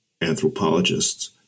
anthropologists